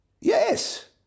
Yes